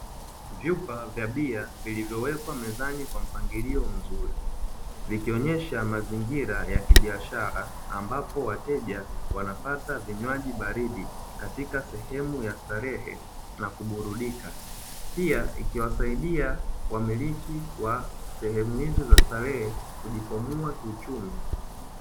Chupa za bia zilizowekwa mezani kwa mpangilio mzuri zikionesha mazingira ya kibiashara ambapo wateja wanapata vinywaji baridi katika sehemu ya starehe na kuburudika, pia ikiwasaidia wamiliki wa sehemu hizo za starehe kujikwamua kiuchumi.